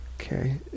okay